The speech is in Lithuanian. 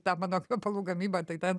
ta mano kvepalų gamyba tai ten